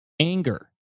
Anger